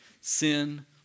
Sin